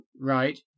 right